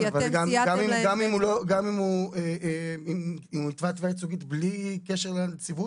גם הוא יתבע תביעה ייצוגית בלי קשר לנציבות?